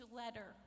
letter